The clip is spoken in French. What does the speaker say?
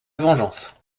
vengeance